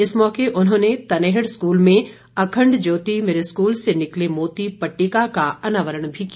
इस मौके उन्होंने तनेहड़ स्कूल में अखंड ज्योति मेरे स्कूल से निकले मोती पट्टिका का अनावरण भी किया